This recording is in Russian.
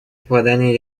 попадания